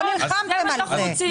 לא נלחמתם על זה.